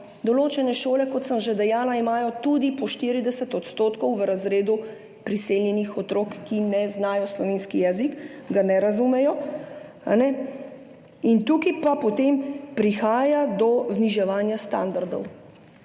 določene šole, kot sem že dejala, imajo v razredu tudi po 40 % priseljenih otrok, ki ne znajo slovenskega jezika, ga ne razumejo, in tukaj pa potem prihaja do zniževanja standardov.